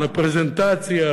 לפרזנטציה,